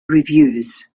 reviews